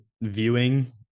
Viewing